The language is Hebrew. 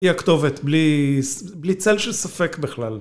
היא הכתובת בלי צל של ספק בכלל